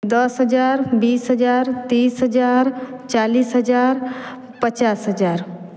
दस हज़ार बीस हज़ार तीस हज़ार चालीस हज़ार पचास हज़ार